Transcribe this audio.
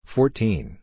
Fourteen